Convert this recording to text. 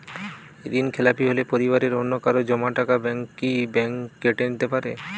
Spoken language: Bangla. ঋণখেলাপি হলে পরিবারের অন্যকারো জমা টাকা ব্যাঙ্ক কি ব্যাঙ্ক কেটে নিতে পারে?